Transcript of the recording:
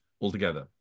altogether